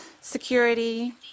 security